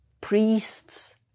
priests